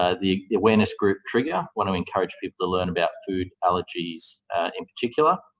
ah the the awareness group trigger wants to encourage people to learn about food allergies in particular.